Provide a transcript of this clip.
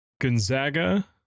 Gonzaga